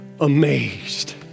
amazed